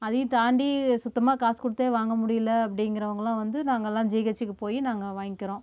அதையும் தாண்டி சுத்தமாக காசு கொடுத்தே வாங்க முடியல அப்படிங்கிறவங்கலாம் வந்து நாங்கெல்லாம் ஜிஹெச்சிக்கு போயி நாங்கள் வாய்ங்கிறோம்